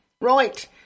Right